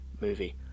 movie